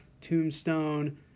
Tombstone